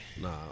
nah